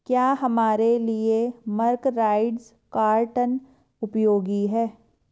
क्या हमारे लिए मर्सराइज्ड कॉटन उपयोगी है?